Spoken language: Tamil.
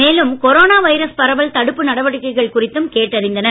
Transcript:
மேலும் கொரோனா வைரஸ் பரவல் தடுப்பு நடவடிக்கைகள் குறித்தும் கேட்டறிந்தனர்